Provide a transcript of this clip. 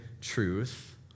truth